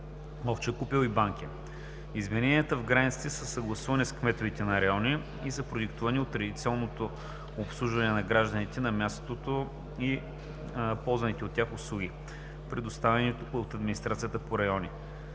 „Овча купел“ и „Банкя“. Измененията в границите са съгласувани с кметовете на райони и са продиктувани от традиционното обслужване на гражданите на място и ползваните от тях услуги, предоставяни от администрацията по райони.